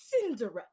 Cinderella